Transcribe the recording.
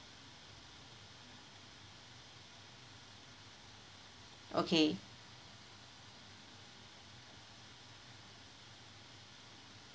okay